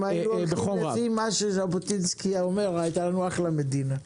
אם היינו הולכים לפי מה שז'בוטינסקי אומר הייתה לנו אחלה מדינה,